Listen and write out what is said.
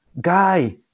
guy